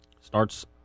Starts